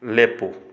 ꯂꯦꯞꯄꯨ